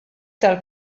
tal